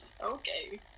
Okay